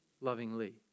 lovingly